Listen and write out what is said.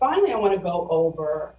finally i want to go over